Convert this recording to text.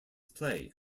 play